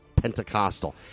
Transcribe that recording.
Pentecostal